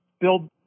build